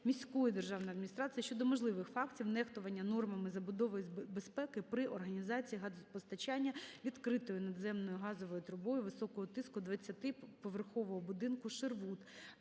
міської державної адміністрації щодо можливих фактів нехтування нормами забудови і безпеки при організації газопостачання відкритою надземною газовою трубою високого тиску 20-поверхового будинку "Шервуд"